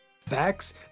Facts